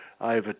over